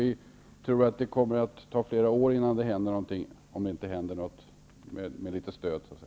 Vi tror att det kommer att ta flera år innan det med litet stöd händer någonting.